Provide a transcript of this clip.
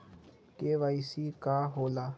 KYC का होला?